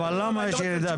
אבל למה יש ירידה?